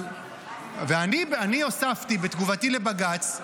אני הוספתי בתגובתי לבג"ץ: